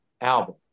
album